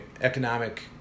economic